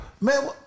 Man